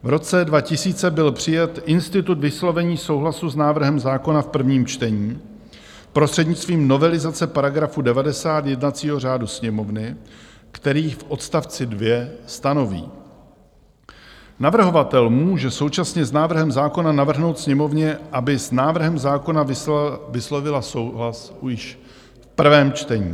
V roce 2000 byl přijat institut vyslovení souhlasu s návrhem zákona v prvním čtení prostřednictvím novelizace § 90 jednacího řádu Sněmovny, který v odstavci 2 stanoví: Navrhovatel může současně s návrhem zákona navrhnout Sněmovně, aby s návrhem zákona vyslovila souhlas již v prvém čtení.